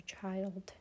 child